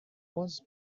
was